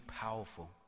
powerful